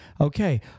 Okay